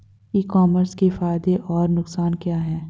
ई commerce के फायदे और नुकसान क्या हैं?